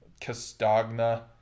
Castagna